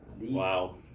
Wow